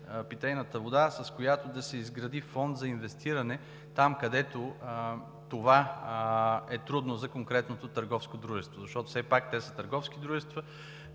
питейната вода, с която да се изгради фонд за инвестиране, там където това е трудно за конкретното търговско дружество? Все пак те са търговски дружества,